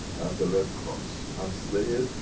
as a red cross. as there.